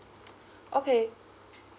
okay